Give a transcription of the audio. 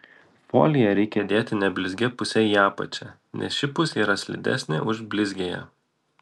foliją reikia dėti neblizgia puse į apačią nes ši pusė yra slidesnė už blizgiąją